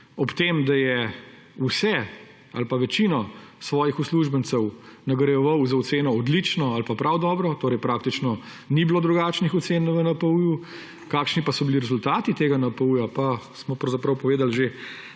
ob tem da je vse ali pa večino svojih uslužbencev nagrajeval z oceno odlično ali pa prav dobro, praktično ni bilo drugačnih ocen na NPU. Kakšni pa so bili pa rezultati tega NPU, smo pravzaprav povedali že